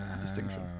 distinction